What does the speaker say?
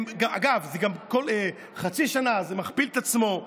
אגב, זה גם כל חצי שנה מכפיל את עצמו.